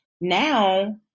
now